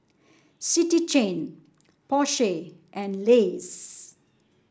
City Chain Porsche and Lays